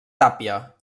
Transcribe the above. tàpia